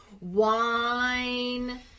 wine